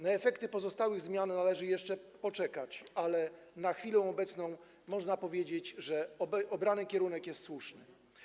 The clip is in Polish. Na efekty pozostałych zmian należy jeszcze poczekać, ale na chwilę obecną można powiedzieć, że obrany kierunek jest słuszny.